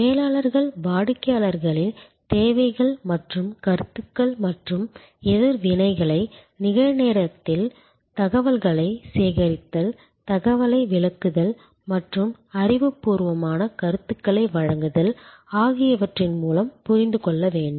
மேலாளர்கள் வாடிக்கையாளர்களின் தேவைகள் மற்றும் கருத்துகள் மற்றும் எதிர்வினைகளை நிகழ்நேரத்தில் தகவல்களைச் சேகரித்தல் தகவலை விளக்குதல் மற்றும் அறிவுப்பூர்வமான கருத்துக்களை வழங்குதல் ஆகியவற்றின் மூலம் புரிந்து கொள்ள முடியும்